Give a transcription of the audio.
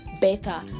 better